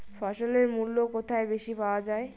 ফসলের মূল্য কোথায় বেশি পাওয়া যায়?